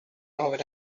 over